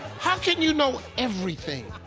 how can you know everything?